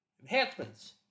Enhancements